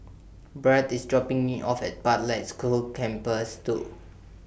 Brandt IS dropping Me off At Pathlight School Campus two